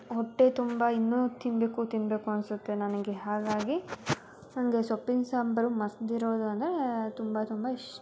ಹೊಟ್ಟೆ ತುಂಬ ಇನ್ನೂ ತಿನ್ನಬೇಕು ತಿನ್ನಬೇಕು ಅನಿಸತ್ತೆ ನನಗೆ ಹಾಗಾಗಿ ನನಗೆ ಸೊಪ್ಪಿನ ಸಾಂಬಾರು ಮಸೆದಿರೋದು ಅಂದರೆ ತುಂಬ ತುಂಬ ಇಷ್ಟ